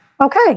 Okay